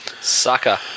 sucker